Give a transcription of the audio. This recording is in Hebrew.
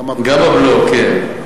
גם הבלו, כן.